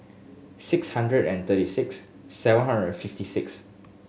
six hundred and thirty six seven hundred and fifty six